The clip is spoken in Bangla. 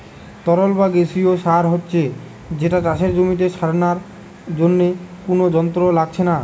তরল বা গেসিও সার হচ্ছে যেটা চাষের জমিতে ছড়ানার জন্যে কুনো যন্ত্র লাগছে না